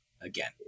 again